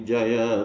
Jaya